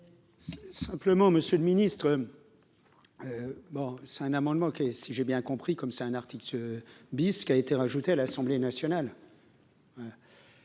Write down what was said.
Simplement, Monsieur le Ministre, bon c'est un amendement qui est si j'ai bien compris comme ça un article bis qui a été rajoutée à l'Assemblée nationale.